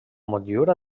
motllura